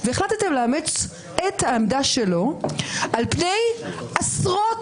והחלטתם לאמץ את העמדה שלו על פני עשרות